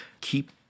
keep